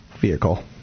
vehicle